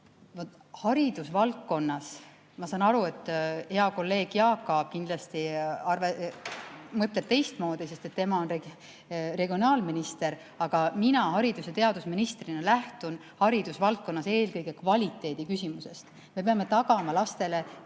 koolis. Ma saan aru, et hea kolleeg Jaak Aab kindlasti mõtleb teistmoodi, sest tema on regionaalminister, aga mina haridus‑ ja teadusministrina lähtun haridusvaldkonnas eelkõige kvaliteedi küsimusest. Me peame tagama lastele